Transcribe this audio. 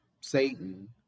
satan